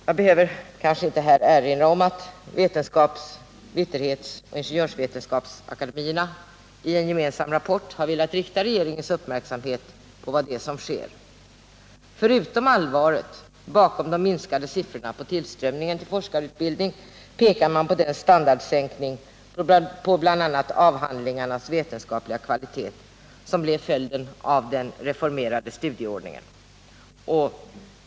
Jag behöver kanske inte här erinra om att vetenskaps-, vitterhetsoch ingenjörsvetenskapsakademierna i en gemensam rapport har velat rikta regeringens uppmärksamhet på vad det är som sker. Förutom allvaret bakom den minskade tillströmningen till forskarutbildning pekar man på den standardsänkning på bl.a. avhandlingarnas vetenskapliga kvalitet som blev följden av den reformerade studieordningen.